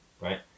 right